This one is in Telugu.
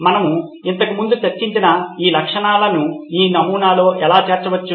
మనము ఇంతకుముందు చర్చించిన ఈ లక్షణాలను ఈ నమూనాలో ఎలా చేర్చవచ్చు